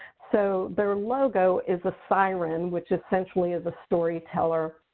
so their logo is a siren, which essentially, is a storyteller.